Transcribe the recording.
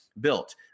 built